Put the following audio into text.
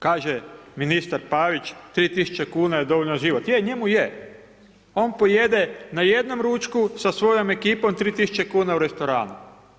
Kaže ministar Pavić 3000 kuna je dovoljno za život, je, njemu je, on pojede a jednom ručku sa svojom ekipom 3000 kuna u restoranu.